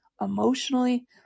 emotionally